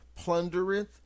plundereth